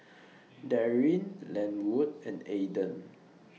Daryn Lenwood and Aaden